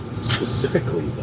Specifically